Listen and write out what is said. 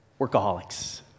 workaholics